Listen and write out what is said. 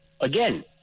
again